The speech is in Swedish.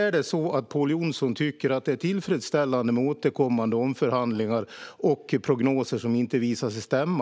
Eller tycker Pål Jonson att det är tillfredsställande med återkommande omförhandlingar och prognoser som visar sig inte stämma?